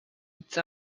nic